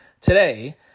today